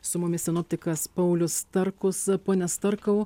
su mumis sinoptikas paulius starkus pone starkau